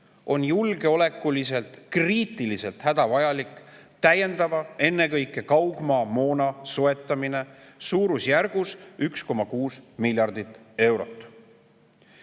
on julgeoleku jaoks kriitiliselt hädavajalik täiendava, ennekõike kaugmaamoona soetamine suurusjärgus 1,6 miljardit eurot.